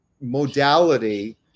modality